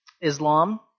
Islam